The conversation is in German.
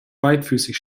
beidfüßig